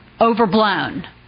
Overblown